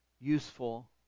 Useful